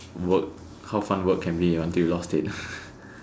work how fun work can be until you lost it